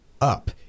up